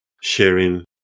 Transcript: sharing